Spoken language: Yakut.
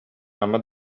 ама